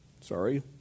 sorry